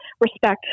respect